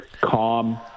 calm